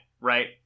right